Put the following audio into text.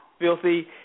filthy